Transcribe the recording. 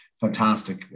Fantastic